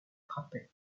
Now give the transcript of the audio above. frappait